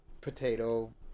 potato